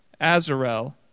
Azarel